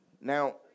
now